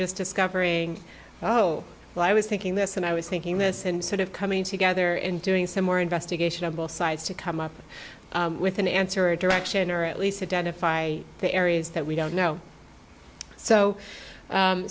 just discovering oh well i was thinking this and i was thinking this and sort of coming together and doing some more investigation of both sides to come up with an answer or direction or at least identify the areas that we don't know so